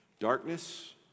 Darkness